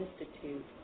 Institute